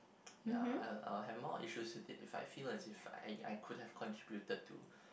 ya I'll I'll have more issues with it if I feel like if I I couldn't contributed to